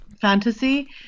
fantasy